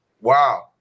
Wow